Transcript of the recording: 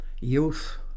youth